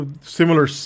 similar